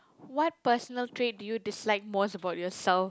what personal trait do you dislike most about yourself